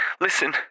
Listen